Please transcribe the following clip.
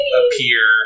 appear